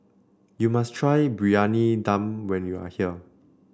you must try Briyani Dum when you are here